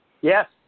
Yes